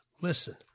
Listen